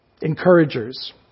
encouragers